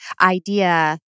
idea